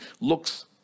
looks